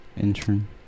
intern